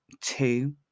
two